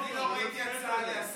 אני לא ראיתי הצעה להסב,